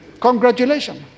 Congratulations